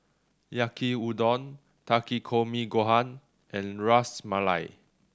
Yaki Udon Takikomi Gohan and Ras Malai